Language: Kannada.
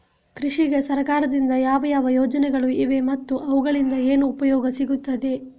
ಕೃಷಿಗೆ ಸರಕಾರದಿಂದ ಯಾವ ಯಾವ ಯೋಜನೆಗಳು ಇವೆ ಮತ್ತು ಅವುಗಳಿಂದ ಏನು ಉಪಯೋಗ ಸಿಗುತ್ತದೆ?